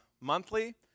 monthly